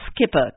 skipper